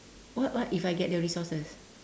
what what if I get the resources